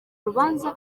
rubanza